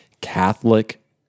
catholic